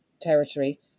territory